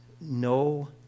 no